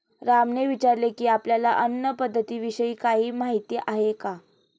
रामने विचारले की, आपल्याला अन्न पद्धतीविषयी काही माहित आहे का?